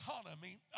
economy